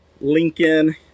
Lincoln